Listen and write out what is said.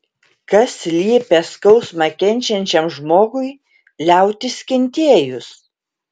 kas liepia skausmą kenčiančiam žmogui liautis kentėjus